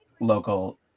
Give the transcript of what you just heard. local